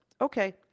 Okay